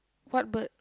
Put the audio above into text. what bird